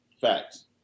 Facts